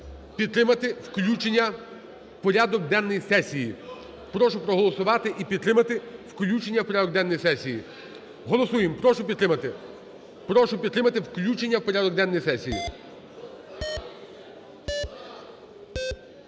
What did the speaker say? підтримати включення у порядок денний сесії. Прошу проголосувати і підтримати включення у порядок денний сесії. Голосуємо, прошу підтримати. Прошу підтримати включення у порядок денний сесії.